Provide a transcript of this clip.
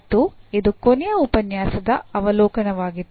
ಮತ್ತು ಇದು ಕೊನೆಯ ಉಪನ್ಯಾಸದ ಅವಲೋಕನವಾಗಿತ್ತು